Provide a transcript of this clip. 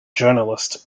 journalist